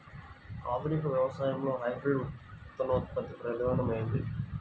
ఆధునిక వ్యవసాయంలో హైబ్రిడ్ విత్తనోత్పత్తి ప్రధానమైనది